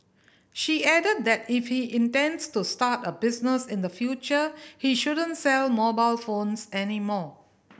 she added that if he intends to start a business in the future he shouldn't sell mobile phones any more